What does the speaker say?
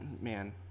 Man